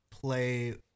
play